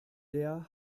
der